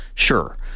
Sure